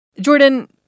Jordan